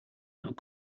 not